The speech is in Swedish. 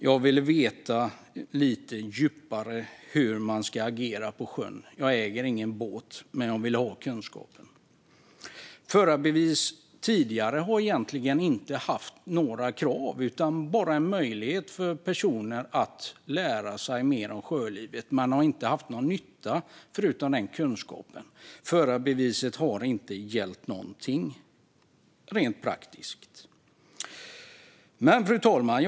Jag ville få lite djupare kunskaper om hur man agerar på sjön. Jag äger ingen båt, men jag vill ha kunskapen. Tidigare har det egentligen inte funnits krav på förarbevis, utan det har funnits en möjlighet för personer att lära sig mer om sjölivet. Man har inte haft någon nytta av förarbeviset, förutom kunskapen. Förarbeviset har, rent praktiskt, inte gällt någonting. Fru talman!